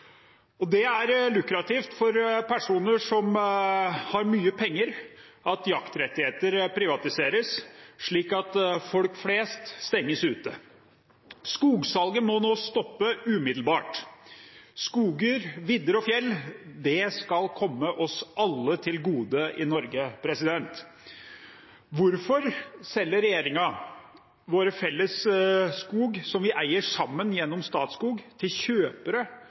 Det er lukrativt for personer med mye penger at jaktrettigheter privatiseres, slik kan folk flest stenges ute. Skogsalget må nå stoppe umiddelbart. Skoger, vidder og fjell skal komme alle til gode i Norge. Hvorfor selger regjeringen vår felles skog som vi eier sammen gjennom Statskog, til kjøpere